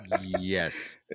Yes